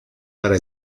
para